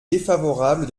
défavorable